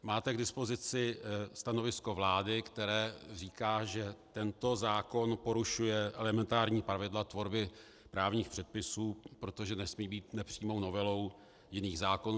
Máte k dispozici stanovisko vlády, které říká, že tento zákon porušuje elementární pravidla tvorby právních předpisů, protože nesmí být nepřímou novelou jiných zákonů.